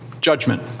judgment